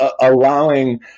allowing